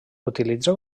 utilitza